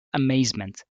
amazement